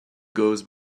goes